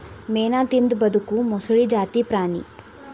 ಮೇನಾ ತಿಂದ ಬದಕು ಮೊಸಳಿ ಜಾತಿ ಪ್ರಾಣಿ